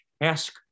ask